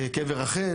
קבר רחל